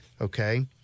okay